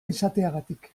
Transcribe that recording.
izateagatik